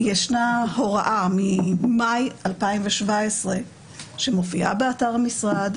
ישנה הוראה ממאי 2017 שמופיעה באתר המשרד,